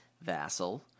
Vassal